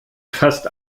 fast